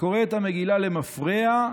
"הקורא את המגילה למפרע,